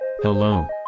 Hello